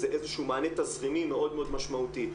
זה איזשהו מענה תזרימי מאוד משמעותי.